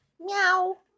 Meow